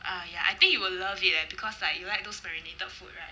uh ya I think you will love it leh because like you like those marinated food right